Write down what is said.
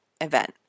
event